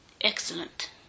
Excellent